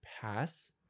pass